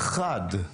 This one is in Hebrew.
חד.